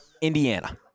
Indiana